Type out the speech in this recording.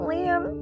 Liam